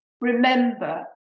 remember